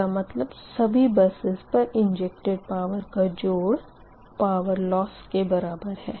इसका मतलब सभी बसेस पर इंजेक्टड पावर का जोड़ पावर लोस के बराबर है